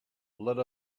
let